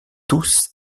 tous